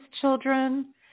children